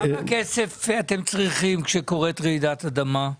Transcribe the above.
כמה כסף אתם צריכים כשקורית רעידת אדמה?